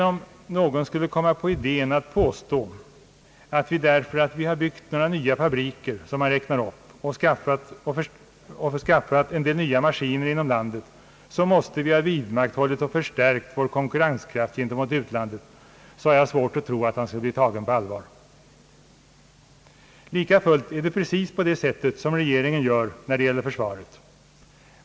Om någon skulle komma på idén att påstå, att vi för att vi har byggt några nya fabriker och skaffat en del nya maskiner i landet, måste ha vidmakthållit och förstärkt vår konkurrenskraft gentemot utlandet, har jag svårt att tro att han skulle bli tagen på allvar. Likafullt är det precis på det sättet regeringen gör när det gäller försvaret.